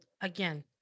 again